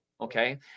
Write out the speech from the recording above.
Okay